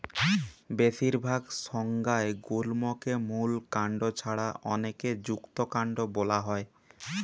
বেশিরভাগ সংজ্ঞায় গুল্মকে মূল কাণ্ড ছাড়া অনেকে যুক্তকান্ড বোলা হয়